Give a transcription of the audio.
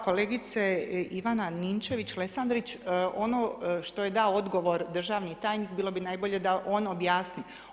Kolegice Ivana Ninčević-Lesandrić ono što je dao odgovor državni tajnik bilo bi najbolje da on objasni.